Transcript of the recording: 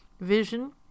vision